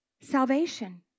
Salvation